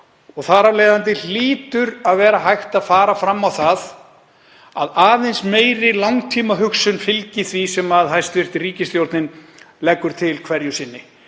Þar af leiðandi hlýtur að vera hægt að fara fram á það að aðeins meiri langtímahugsun fylgi því sem hæstv. ríkisstjórn leggur til hverju sinni.